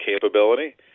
capability